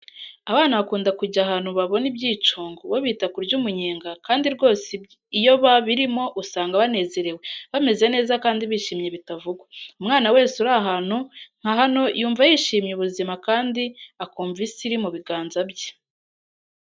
Abana bakunda kujya ahantu babona ibyicungo bo bita kurya umunyenga kandi rwose iyo babirimo usanga banezerewe bameze neza kandi bishimye bitavugwa, umwana wese uri ahantu nka hano yumva yishimiye ubuzima kandi akumva isi iri mu biganza bye.